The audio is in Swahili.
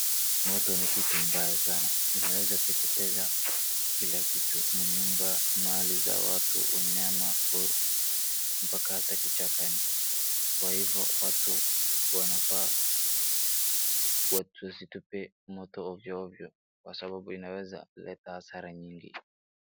Moto ni kitu mbaya sana inaweza teketeza kila kitu manyumba, mali za watu, wanyama wa pori mpaka hata kichakani kwa hivyo watu wanafaa wasitupe tupe moto ovyo ovyo kwa sababu inaweza leta hasara nyingi.